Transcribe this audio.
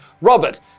Robert